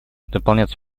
дополняться